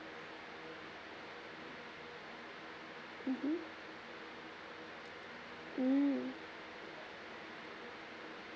mmhmm mm